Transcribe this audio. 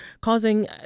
causing